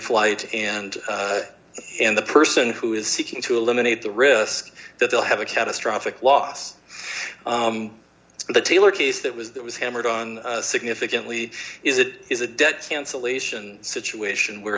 flight and the person who is seeking to eliminate the risk that they'll have a catastrophic loss of the taylor case that was that was hammered on significantly is it is a debt cancellation situation where